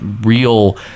real